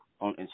on